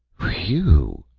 whew,